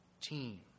team